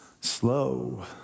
slow